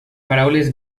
paraules